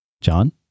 John